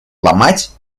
ломать